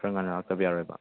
ꯈꯔ ꯉꯟꯅ ꯂꯥꯛꯇꯕ ꯌꯥꯔꯣꯏꯕ